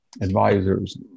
advisors